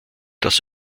das